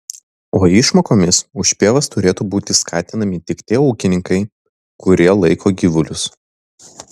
o išmokomis už pievas turėtų būtų skatinami tik tie ūkininkai kurie laiko gyvulius